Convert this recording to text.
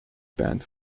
band